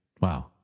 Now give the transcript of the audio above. Wow